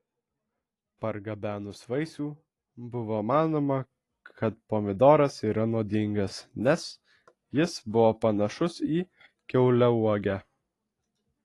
pargabenus vaisių buvo manoma kad pomidoras yra nuodingas nes jis buvo panašus į kiauliauogę